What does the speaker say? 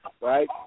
right